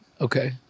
Okay